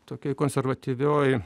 tokioje konservatyvioj